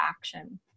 action